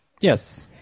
Yes